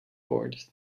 board